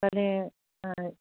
पल